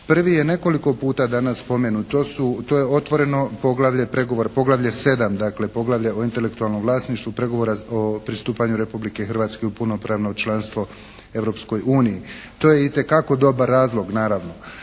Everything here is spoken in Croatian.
Prvi je nekoliko puta danas spomenut, to je otvoreno pregovor, poglavlje VII., dakle poglavlje o intelektualnom vlasništvu, pregovora o pristupanju Republike Hrvatske u punopravno članstvo Europskoj uniji. To je itekako dobar razlog naravno.